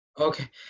Okay